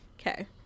Okay